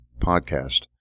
podcast